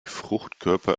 fruchtkörper